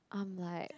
I'm like